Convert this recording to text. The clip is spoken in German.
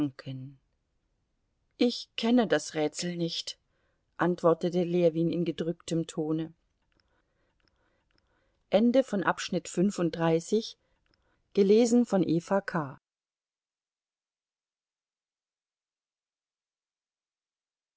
ich kenne das rätsel nicht antwortete ljewin in gedrücktem tone